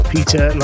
Peter